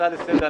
הצעה לסדר היום.